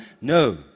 No